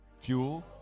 fuel